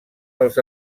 dels